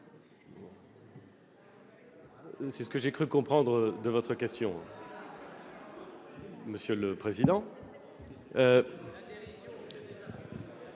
C'est ce que j'ai cru comprendre de votre question, monsieur le président